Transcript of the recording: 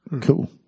cool